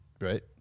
Right